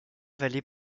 vallée